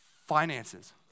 Finances